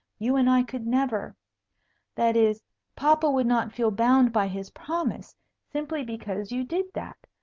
you and i could never that is papa would not feel bound by his promise simply because you did that.